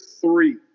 three